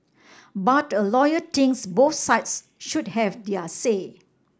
but a lawyer thinks both sides should have their say